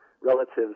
relatives